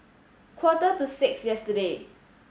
quarter to six yesterday